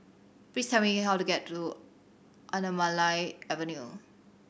please tell me how to get to Anamalai Avenue